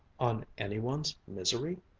on any one's misery?